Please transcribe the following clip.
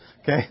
Okay